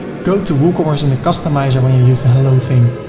go to woocommerce and the customizer when you use the hello theme,